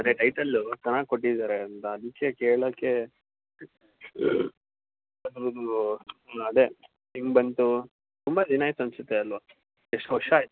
ಅದೆ ಟೈಟಲ್ಲು ಚೆನ್ನಾಗಿ ಕೊಟ್ಟಿದ್ದಾರೆ ಅಂತ ಅದಕ್ಕೆ ಕೇಳೋಕ್ಕೆ ಅದು ಹಾಂ ಅದೆ ನಿಮ್ದಂತು ತುಂಬ ದಿನ ಆಯ್ತು ಅನ್ಸುತ್ತೆ ಅಲ್ವ ಎಷ್ಟು ವರ್ಷ ಆಯ್ತು